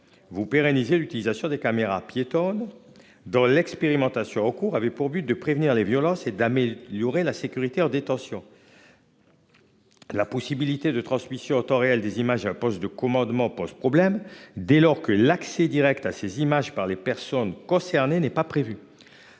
Vous pérenniser l'utilisation des caméras piétonne dans l'expérimentation au cours avait pour but de prévenir les violences et d'amis il y aurait la sécurité en détention. La possibilité de transmission en temps réel des images à poste de commandement pose problème dès lors que l'accès Direct à ces images par les personnes concernées n'est pas prévu.